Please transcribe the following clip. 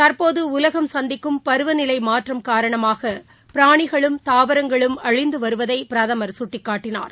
தற்போது உலகம் சந்திக்கும் பருவநிலை மாற்றம் காரணமாக பிராணிகளும் தாவரங்களும் அழிந்து வருவதை பிரதமர் சுட்டிக்காட்டினார்